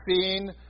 seen